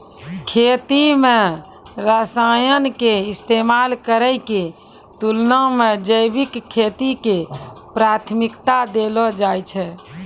खेती मे रसायन के इस्तेमाल करै के तुलना मे जैविक खेती के प्राथमिकता देलो जाय छै